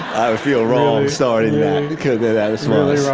i would feel wrong starting that,